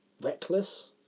reckless